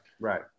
Right